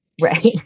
right